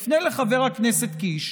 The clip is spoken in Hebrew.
יפנה לחבר הכנסת קיש,